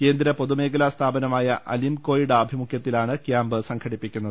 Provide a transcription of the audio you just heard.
കേന്ദ്ര പൊതുമേഖലാ സ്ഥാപനമായ അലിംകോയുടെ ആഭിമുഖ്യ ത്തിലാണ് ക്യാമ്പ് സംഘടിപ്പിക്കുന്നത്